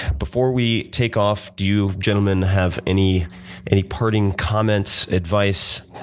before we take off, do you gentleman have any any parting comments, advice,